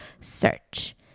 search